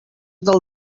del